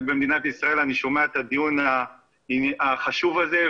במדינת ישראל אני שומע את הדיון החשוב הזה,